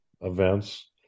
events